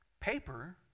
paper